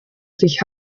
sich